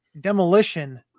demolition